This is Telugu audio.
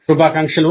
శుభాకాంక్షలు